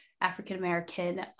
African-American